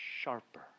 sharper